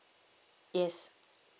yes